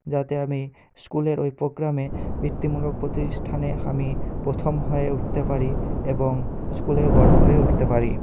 যাতে আমি স্কুলের ওই প্রোগ্রামে বৃত্তিমূলক প্রতিষ্ঠানে আমি প্রথম হয়ে উঠতে পারি এবং স্কুলের গর্ব হয়ে উঠতে পারি